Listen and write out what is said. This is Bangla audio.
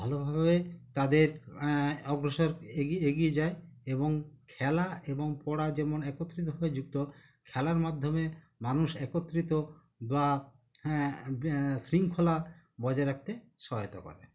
ভালোভাবে তাদের অগ্রসর এগিয়ে এগিয়ে যায় এবং খেলা এবং পড়া যেমন একত্রিতভাবে যুক্ত খেলার মাধ্যমে মানুষ একত্রিত বা হ্যাঁ ব্যা শৃঙ্খলা বজায় রাখতে সহায়তা করে